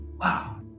Wow